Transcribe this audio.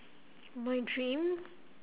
my dream